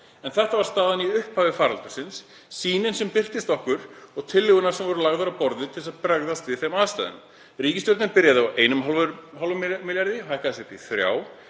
Þetta var staðan í upphafi faraldursins, sýnin sem birtist okkur og tillögurnar sem þá voru lagðar á borðið til þess að bregðast við aðstæðum. Ríkisstjórnin byrjaði í 1,5 milljörðum og hækkaði sig upp í 3.